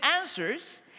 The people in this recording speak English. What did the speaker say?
answers